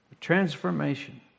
transformation